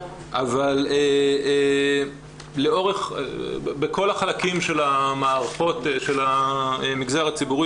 אבל בכל החלקים של מערכות המגזר הציבורי